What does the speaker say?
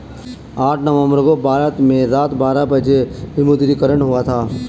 आठ नवम्बर को भारत में रात बारह बजे विमुद्रीकरण हुआ था